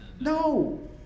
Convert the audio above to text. No